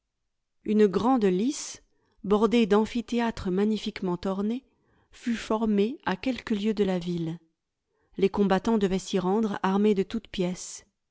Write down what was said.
une grande lice bordée d'amphithéâtres magnifiquement ornés fut formée à quelques lieues de la ville les combattants devaient s'y rendre armés de toutes pièces